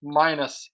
minus